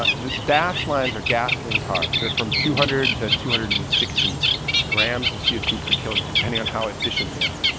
ah this dash lines are gasoline cars. they're from two hundred to two hundred and sixty grams of c o two per kilometer depending on how efficient they are.